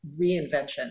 reinvention